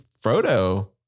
Frodo